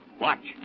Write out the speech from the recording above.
Watch